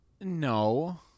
No